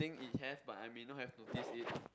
think it have but I may not have noticed it